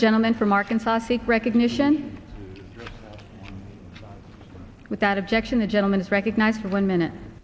gentleman from arkansas seek recognition without objection the gentleman is recognized for one minute